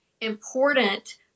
important